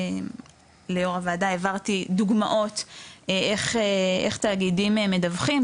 ליו"ר הוועדה העברתי דוגמאות איך תאגידים מדווחים,